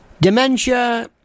dementia